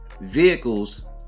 vehicles